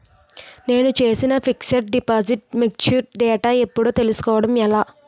నేను చేసిన fixed deposit mature date ఎప్పుడో తెల్సుకోవడం ఎలా?